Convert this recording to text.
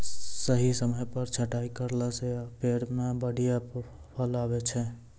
सही समय पर छंटाई करला सॅ पेड़ मॅ बढ़िया फल आबै छै